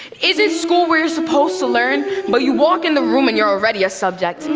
is it school where you're supposed to learn but you walk in the room and you're already a subject.